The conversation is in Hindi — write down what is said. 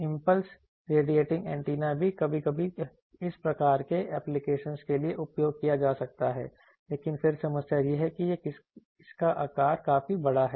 इंपल्स रेडिएटिंग एंटीना भी कभी कभी इस कम प्रकार के एप्लीकेशनस के लिए उपयोग किया जा सकता है लेकिन फिर समस्या यह है कि इसका आकार काफी बड़ा है